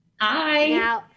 Hi